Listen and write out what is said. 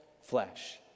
flesh